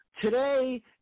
Today